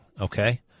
okay